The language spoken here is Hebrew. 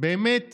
באמת